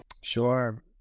Sure